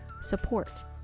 support